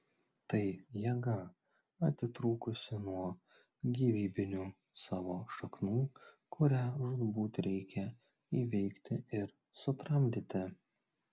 tai jėga atitrūkusi nuo gyvybinių savo šaknų kurią žūtbūt reikia įveikti ir sutramdyti